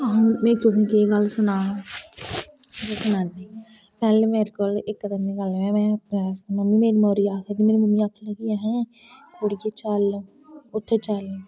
हूं में तुसें गी केह् गल्ल सनांऽ मेरी ममी आक्खन लगी है कि कुडिये चल उत्थै चल